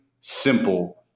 simple